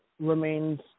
Remains